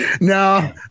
No